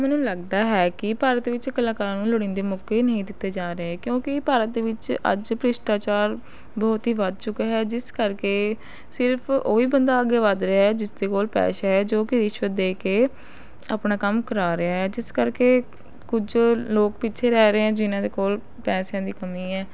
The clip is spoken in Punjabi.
ਮੈਨੂੰ ਲੱਗਦਾ ਹੈ ਕਿ ਭਾਰਤ ਵਿੱਚ ਕਲਾਕਾਰਾਂ ਨੂੰ ਲੋੜੀਂਦੇ ਮੌਕੇ ਨਹੀਂ ਦਿੱਤੇ ਜਾ ਰਹੇ ਕਿਉਂਕਿ ਭਾਰਤ ਦੇ ਵਿੱਚ ਅੱਜ ਭ੍ਰਿਸ਼ਟਾਚਾਰ ਬਹੁਤ ਹੀ ਵੱਧ ਚੁੱਕਾ ਹੈ ਜਿਸ ਕਰਕੇ ਸਿਰਫ਼ ਉਹੀ ਬੰਦਾ ਅੱਗੇ ਵੱਧ ਰਿਹਾ ਹੈ ਜਿਸਦੇ ਕੋਲ ਪੈਸਾ ਹੈ ਜੋ ਕਿ ਰਿਸ਼ਵਤ ਦੇ ਕੇ ਆਪਣਾ ਕੰਮ ਕਰਾ ਰਿਹਾ ਹੈ ਜਿਸ ਕਰਕੇ ਕੁਝ ਲੋਕ ਪਿੱਛੇ ਰਹਿ ਰਹੇ ਹੈ ਜਿਨ੍ਹਾਂ ਦੇ ਕੋਲ ਪੈਸਿਆਂ ਦੀ ਕਮੀ ਹੈ